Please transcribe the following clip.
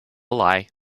lie